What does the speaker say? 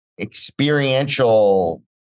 experiential